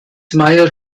meyer